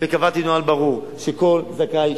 וקבעתי נוהל ברור: כל זר שהוא זכאי